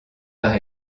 par